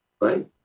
Right